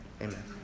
Amen